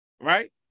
right